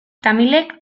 tamilek